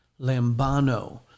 Lambano